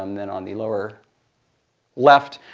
um then on the lower left,